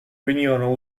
venivano